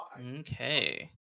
Okay